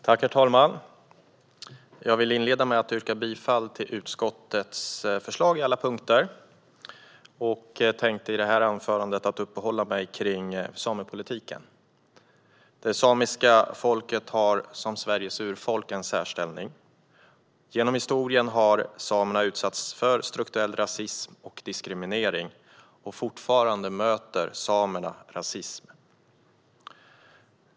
Herr talman! Jag vill inleda med att yrka bifall till alla punkter i utskottets förslag. I det här anförandet tänker jag uppehålla mig vid samepolitiken. Det samiska folket har, som Sveriges urfolk, en särställning. Genom historien har samerna utsatts för strukturell rasism och diskriminering. Samerna möter fortfarande rasism.